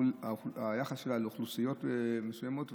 היחס שלה לאוכלוסיות מסוימות.